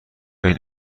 این